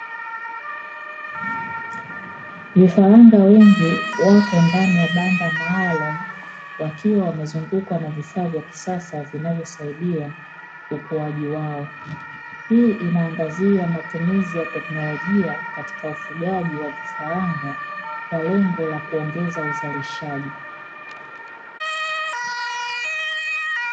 Vifaranga wengi wapo ndani ya banda maalumu wakiwa wamezungukwa na vifaa vya kisasa vinavyosaidia ukuaji wao; hii inaangazia matumizi ya teknolojia katika ufugaji wa vifaranga kwa lengo la kuongeza uzalishaji.